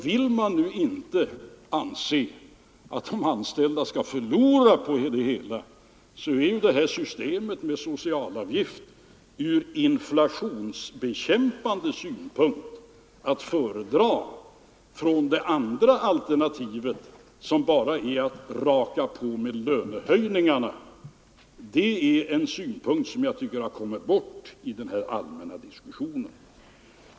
Vill man nu inte anse att de anställda skall förlora på det hela, är systemet med socialavgift ur inflationsbekämpande synpunkt att föredra framför det andra alternativet, som innebär att man rakar åstad med lönehöjningarna. Det är en synpunkt som jag tycker har kommit bort i den allmänna diskussionen.